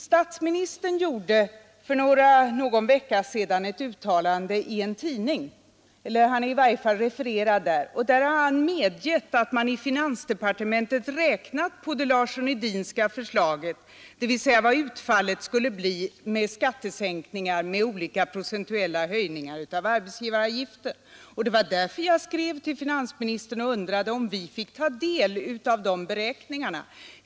Statsministern gjorde för någon vecka sedan enligt tidningsreferat ett uttalande där han medgav att man i finansdepartementet räknat på det Larsson-Edinska förslaget, dvs. vad utfallet skulle bli i skattesänkningar med olika procentuella höjningar av arbetsgivaravgiften. Det var därför jag skrev till finansministern och undrade om vi fick ta del av de beräkningarna.